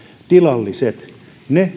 tilalliset ne